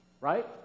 Right